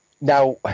Now